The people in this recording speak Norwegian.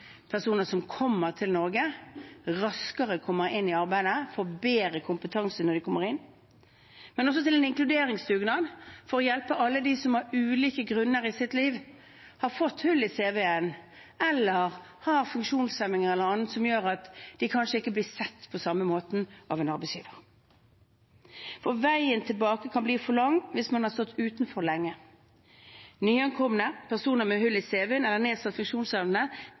personer som kommer til Norge, raskere kommer inn i arbeid og får bedre kompetanse når de kommer inn, men også til en inkluderingsdugnad for å hjelpe alle dem som av ulike grunner i sitt liv har fått hull i CV-en eller har funksjonshemninger eller annet som gjør at de kanskje ikke blir sett på samme måten av en arbeidsgiver. Veien tilbake kan bli for lang hvis man har stått utenfor lenge. Nyankomne og personer med hull i CV-en eller nedsatt funksjonsevne